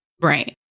Right